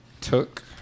took